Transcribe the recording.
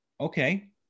okay